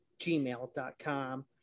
gmail.com